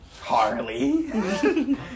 Harley